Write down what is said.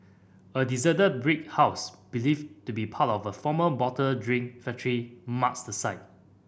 a deserted brick house believed to be part of a former bottled drink factory marks the site